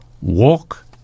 walk